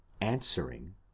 answering